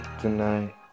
Tonight